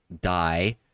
die